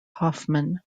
hofmann